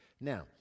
Now